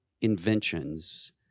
inventions